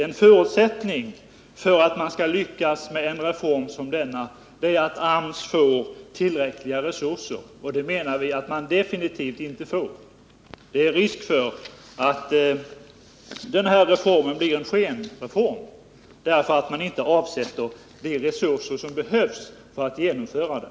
En förutsättning för att en reform som denna skall lyckas är att AMS får tillräckliga resurser, och det menar vi att de definitivt inte får. Det är risk för att denna reform blir en skenreform därför att man inte avsätter de resurser som behövs för att genomföra den.